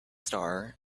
star